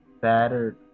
battered